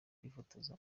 kwifotoza